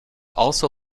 also